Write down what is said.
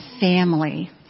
family